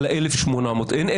אין 1,800,